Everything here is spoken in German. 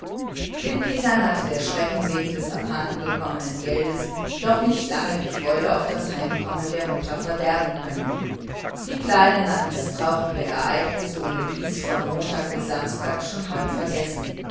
den kindern hatte der schrecken wegen des abhanden gekommenen geldes doch nicht lange die freude auf das heimkommen der mutter verderben können die kleinen hatten das fatale ereignis ohnedies von montag bis samstag schon halb vergessen